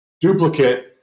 duplicate